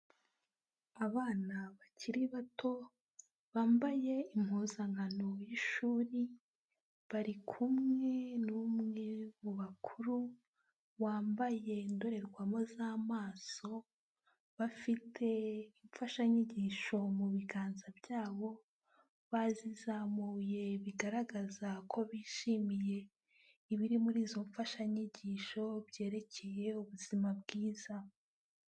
Abana bakiri bato bambaye impuzankano y'ishuri bari kumwe n'umwe mu bakuru wambaye indorerwamo z'amaso, bafite imfashanyigisho mu biganza byabo bazizamuye bigaragaza ko bishimiye ibiri muri izo mfashanyigisho byerekeye ubuzima bwiza.